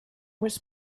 was